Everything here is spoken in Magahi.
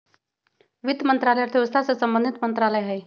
वित्त मंत्रालय अर्थव्यवस्था से संबंधित मंत्रालय हइ